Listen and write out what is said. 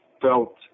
felt